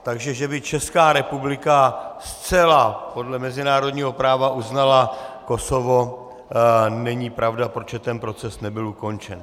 Takže že by Česká republika zcela podle mezinárodního práva uznala Kosovo, není pravda, protože ten proces nebyl ukončen.